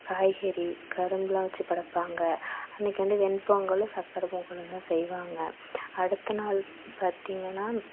காய்கறி கரும்புலாம் வெச்சு படைப்பாங்க அன்னிக்கி வந்து வெண் பொங்கலும் சக்கரை பொங்கலும்தான் செய்வாங்க அடுத்த நாள் பார்த்திங்கனா